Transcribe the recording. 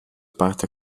parte